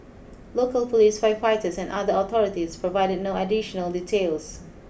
local police firefighters and other authorities provided no additional details